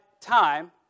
time